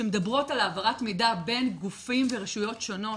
שמדברות על העברת מידע בין גופים ורשויות שונות.